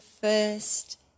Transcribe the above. first